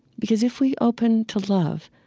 because if we open to love,